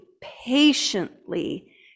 patiently